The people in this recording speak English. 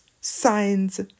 signs